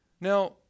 Now